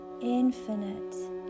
infinite